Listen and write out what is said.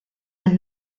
are